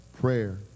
prayer